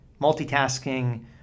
Multitasking